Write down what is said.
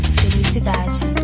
felicidade